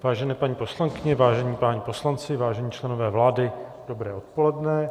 Vážené paní poslankyně, vážení páni poslanci, vážení členové vlády, dobré odpoledne.